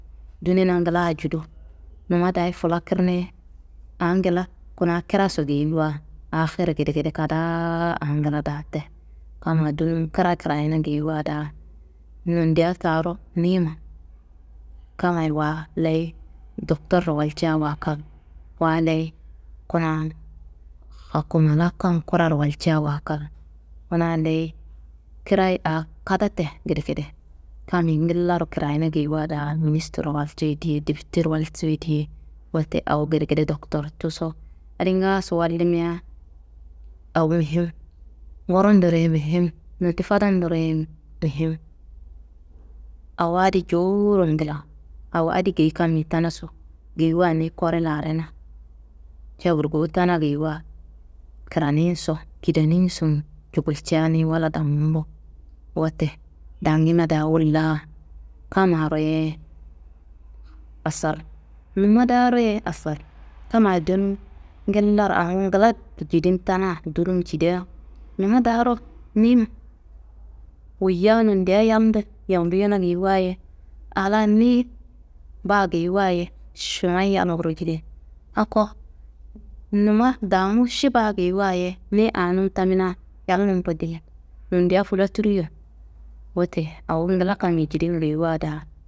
Dunena ngla judu, numa dayi flakirneye, aa ngla kuna kraso geyiwa afer gedegede kadaa aa ngla daa te, kamma dunum kra krayina geyiwa daa nondiya taaro nima, kammayi waa leyi doktorro walcawa kal, wa leyi kuna hakumala kam kuraro walcawa kal, kuna leyi krayi aa kada te gedegede. Kammi ngillaro krayina geyiwa daa ministirro waltu ye diye, debitero waltu ye diye. Wote awo gedegede doktortuso, adi ngaaso walima awo muhim, ngurondoro ye muhim, nondi fadandoro ye muhim. Awo adi jowuro ngla, awo adi geyi kammi tenaso geyiwa ni kore larena, ca burgowu tena geyiwa kraninso, kideninso cu gulja niyi wala dangumbu. Wote dangima daa wolla kammaro ye asar, numa daaro ye asar, kamma jenum ngillaro aa ngla jidin tena dunum cidia numa daaro nima, woyiya nondiya yalndo yambuyona geyiwa ye aa laa niyi baa geyiwa ye šimayi yalnguro jidi. Ako numa damu ši baa geyiwa ye ni aa num tamina yalnummuro dimin, nondiya fraturiyo wote awo ngla kammi jidin geyiwa daa.